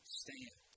stand